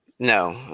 No